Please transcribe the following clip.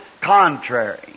contrary